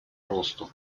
росту